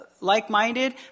like-minded